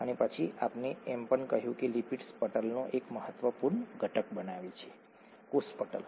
અને પછી આપણે એમ પણ કહ્યું કે લિપિડ્સ પટલનો એક મહત્વપૂર્ણ ઘટક બનાવે છે કોષ પટલ